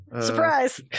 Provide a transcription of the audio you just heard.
Surprise